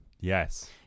Yes